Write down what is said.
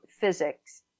physics